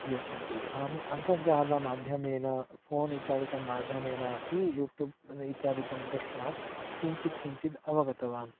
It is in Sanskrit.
यच्छन्ति आम् अन्तर्जालमाध्यमेन फ़ोन् इत्यादिकं माध्यमेन अपि यूटूब् इत्यादिकं दृष्ट्वा किञ्चित् किञ्चिद् अवगतवान्